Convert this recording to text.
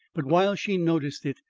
but, while she noticed it,